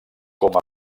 com